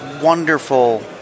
wonderful